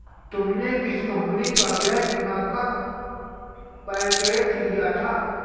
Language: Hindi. तुमने किस कंपनी का गृह बीमा का पैकेज लिया था?